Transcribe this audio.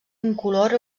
incolor